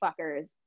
fuckers